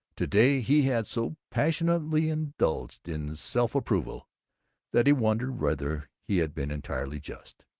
today he had so passionately indulged in self-approval that he wondered whether he had been entirely just